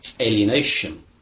alienation